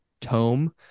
tome